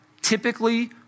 typically